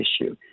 issue